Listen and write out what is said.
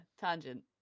tangent